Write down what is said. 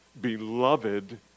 beloved